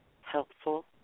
helpful